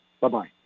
Bye-bye